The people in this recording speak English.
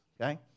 Okay